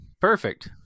perfect